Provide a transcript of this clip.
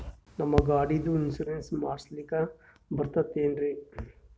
ನಮ್ಮ ಗಾಡಿದು ಇನ್ಸೂರೆನ್ಸ್ ಮಾಡಸ್ಲಾಕ ಬರ್ತದೇನ್ರಿ?